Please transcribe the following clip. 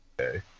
Okay